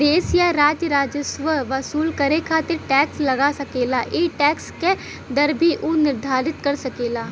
देश या राज्य राजस्व वसूल करे खातिर टैक्स लगा सकेला ई टैक्स क दर भी उ निर्धारित कर सकेला